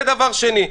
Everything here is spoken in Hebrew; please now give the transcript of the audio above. זה דבר שני.